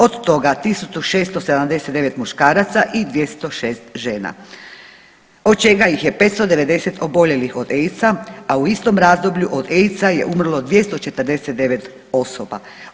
Od toga 1679 muškaraca i 206 žena od čega ih je 590 oboljelih od AIDS-a, a u istom razdoblju od AIDS-a je umrlo 249 osoba.